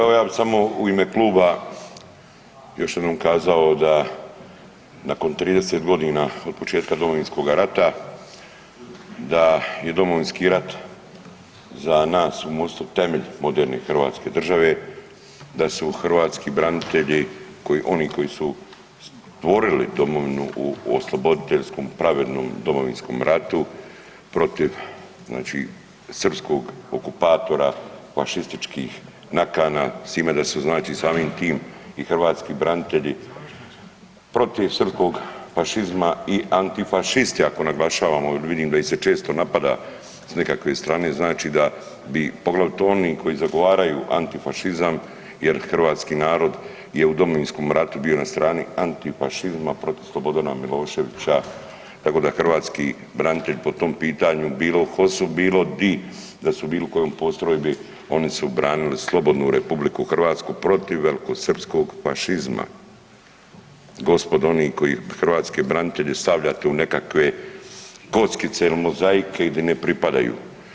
Evo ja bi samo u ime kluba još jednom kazao da nakon 30 godina od početka Domovinskog rata da je Domovinski rat za nas u MOST-u temelj moderne hrvatske države, da su hrvatski branitelji, oni koji su stvorili domovinu u osloboditeljskom pravednom Domovinskom ratu protiv znači srpskog okupatora, fašističkih nakana s time da su znači samim tim i hrvatski branitelji protiv srpskog fašizma i antifašisti ako naglašavamo, vidim da ih se često napada s nekakve strane znači da bi poglavito oni koji zagovaraju antifašizam jer hrvatski narod je u Domovinskom ratu bio na strani antifašizma protiv Slobodana Miloševića tako da hrvatski branitelji po tom pitanju bilo u HOS-u, bilo di, da su bili u kojoj postrojbi oni su branili slobodnu RH protiv velikosrpskog fašizma gospodo oni koji hrvatske branitelje stavljate u nekakve kockice ili mozaike gdje ne pripadaju.